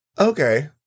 Okay